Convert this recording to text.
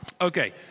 Okay